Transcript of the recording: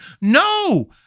No